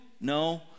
No